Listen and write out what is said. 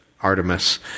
Artemis